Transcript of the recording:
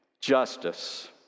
justice